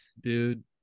Dude